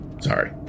sorry